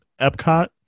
Epcot